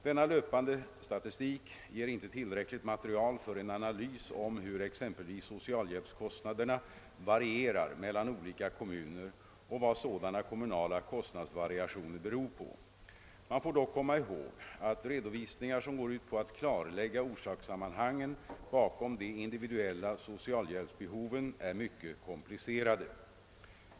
Denna löpande statistik ger inte tillräckligt material för en analys av hur exempelvis socialhjälpskostnaderna varierar mellan olika kommuner och vad sådana kommunala kostnadsvariationer beror på. Man får dock komma ihåg att redovisningar som går ut på att klarlägga orsakssammanhangen bakom de individuella socialhjälpsbehoven är mycket komplicerade.